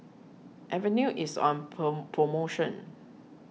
Avenue is on poh promotion